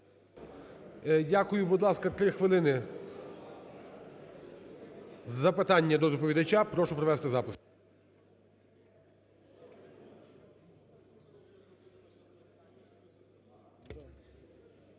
Дякую. Будь ласка, три хвилини запитання до доповідача. Прошу провести запис.